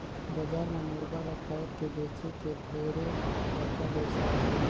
बजार म मुरगा ल कायट के बेंचे के ढेरे बड़खा बेवसाय हे